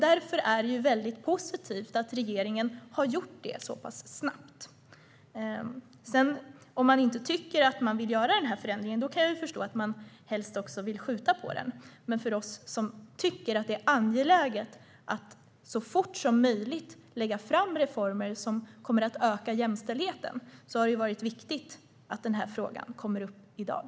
Därför är det positivt att regeringen gjort det så pass snabbt. Om man inte tycker att förändringen ska göras förstår jag att man helst vill skjuta på frågan, men för oss som tycker att det är angeläget att så fort som möjligt lägga fram reformförslag som ökar jämställdheten är det viktigt att frågan kommer upp i dag.